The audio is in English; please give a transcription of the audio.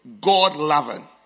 God-loving